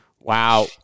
Wow